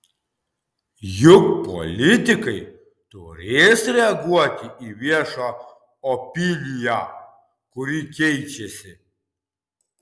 juk politikai turės reaguoti į viešą opiniją kuri keičiasi